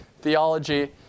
theology